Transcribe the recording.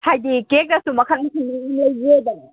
ꯍꯥꯏꯗꯤ ꯀꯦꯛꯇꯁꯨ ꯃꯈꯜꯁꯤꯡ ꯑꯗꯨꯝ ꯂꯩꯖꯩꯗꯅ